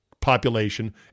population